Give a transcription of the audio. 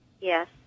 Yes